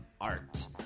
art